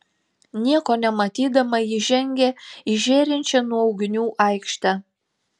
nieko nematydama ji žengė į žėrinčią nuo ugnių aikštę